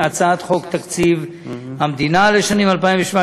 והצעת חוק תקציב המדינה לשנים 2017